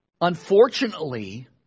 Unfortunately